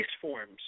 forms